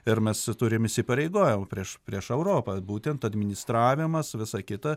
ir mes turim įsipareigojimų prieš prieš europą būtent administravimas visa kita